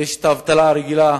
ויש האבטלה הרגילה,